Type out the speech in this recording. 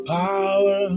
power